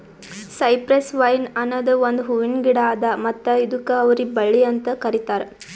cypress vine ಅನದ್ ಒಂದು ಹೂವಿನ ಗಿಡ ಅದಾ ಮತ್ತ ಇದುಕ್ ಅವರಿ ಬಳ್ಳಿ ಅಂತ್ ಕರಿತಾರ್